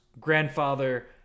grandfather